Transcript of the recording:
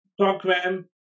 program